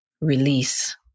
release